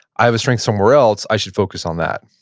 i have a strength somewhere else. i should focus on that.